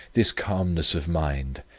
this calmness of mind,